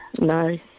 no